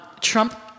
Trump